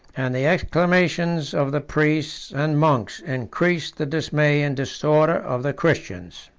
and the exclamations of the priests and monks increased the dismay and disorder of the christians.